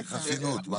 אני